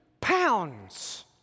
pounds